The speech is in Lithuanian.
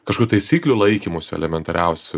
kažkokių taisyklių laikymosi elementariausių